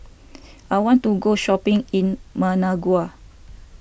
I want to go shopping in Managua